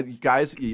guys